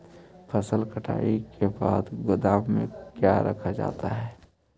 फसल कटाई के बाद गोदाम में क्यों रखा जाता है?